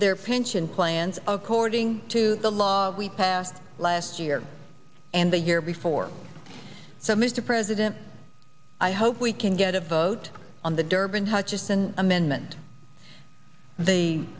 their pension plans according to the laws we passed last year and the year before so mr president i hope we can get a vote on the durbin hutchison amendment the